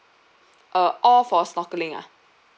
uh all for snorkelling ah